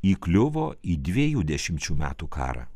įkliuvo į dviejų dešimčių metų karą